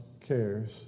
cares